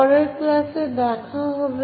পরের ক্লাসে দেখা হবে